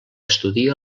estudia